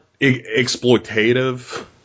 exploitative